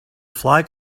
flag